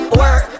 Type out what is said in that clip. work